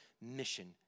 mission